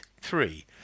three